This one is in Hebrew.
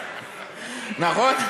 נכון?